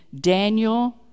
Daniel